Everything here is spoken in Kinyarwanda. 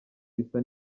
bisa